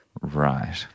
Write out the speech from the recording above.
Right